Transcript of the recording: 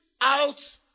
out